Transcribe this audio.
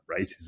racism